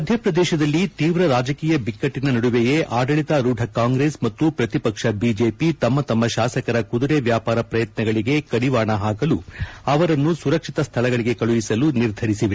ಮಧ್ಯ ಪ್ರದೇಶದಲ್ಲಿ ತೀವ್ರ ರಾಜಕೀಯ ಬಿಕ್ಕಟ್ಟಿನ ನಡುವೆಯೆ ಆಡಳಿತಾರೂಢ ಕಾಂಗ್ರೆಸ್ ಮತ್ತು ಪ್ರತಿಪಕ್ಷ ಬಿಜೆಪಿ ತಮ್ಮತಮ್ಮ ಶಾಸಕರ ಕುದುರೆ ವ್ವಾಪಾರ ಪ್ರಯತ್ನಗಳಿಗೆ ಕಡಿವಾಣ ಹಾಕಲು ಅವರನ್ನು ಸುರಕ್ಷಿತ ಸ್ವಳಗಳಿಗೆ ಕಳುಹಿಸಲು ನಿರ್ಧರಿಸಿದೆ